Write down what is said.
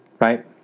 right